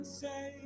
say